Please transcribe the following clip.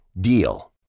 DEAL